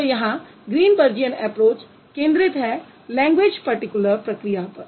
तो यहाँ Greenbergian approach केन्द्रित है लैंग्वेज़ पर्टीक्युलर प्रक्रिया पर